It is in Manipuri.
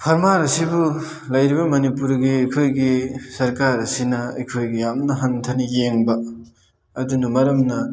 ꯐꯥꯔꯃꯔ ꯑꯁꯤꯕꯨ ꯂꯩꯔꯤꯕ ꯃꯅꯤꯄꯨꯔꯒꯤ ꯑꯩꯈꯣꯏꯒꯤ ꯁꯔꯀꯥꯔ ꯑꯁꯤꯅ ꯑꯩꯈꯣꯏꯒꯤ ꯌꯥꯝꯅ ꯍꯟꯊꯅ ꯌꯦꯡꯕ ꯑꯗꯨꯅ ꯃꯔꯝꯅ